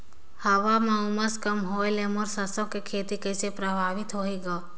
हवा म उमस कम होए ले मोर सरसो के खेती कइसे प्रभावित होही ग?